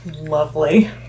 Lovely